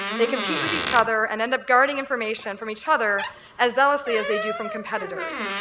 they compete with each other and end up guarding information from each other as zealously as they do from competitors.